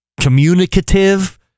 communicative